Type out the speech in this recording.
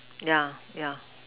yeah yeah